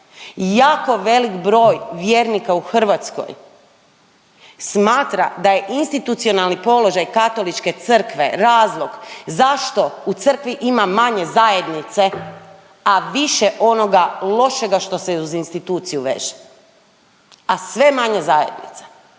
jako velik broj vjernika u Hrvatskoj smatra da je institucionalni položaj Katoličke crkve razlog zašto u crkvi ima manje zajednice, a više onoga lošega što se uz instituciju veže, a sve manje zajednice